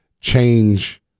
change